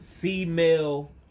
female